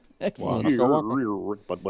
Excellent